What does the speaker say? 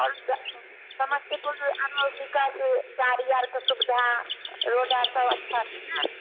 आओर समस्तीपुर आरो विकास गाड़ी आर के सुविधा रोड आर सब अच्छा छै ने